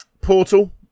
Portal